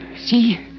See